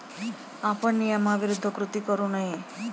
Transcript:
आपण नियमाविरुद्ध कृती करू नये